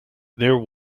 there